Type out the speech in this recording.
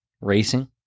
racing